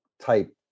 type